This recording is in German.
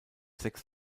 sechs